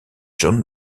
john